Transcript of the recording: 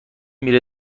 میره